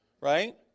Right